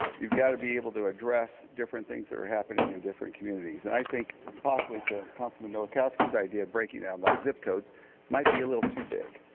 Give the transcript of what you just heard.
you've got to be able to address different things that are happening in different communities. and i think possibly councilman's nowakowski's idea of breaking it out by zip codes might be a little too big.